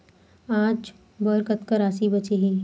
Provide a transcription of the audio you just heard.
आज बर कतका राशि बचे हे?